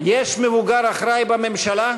יש מבוגר אחראי בממשלה?